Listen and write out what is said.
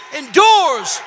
endures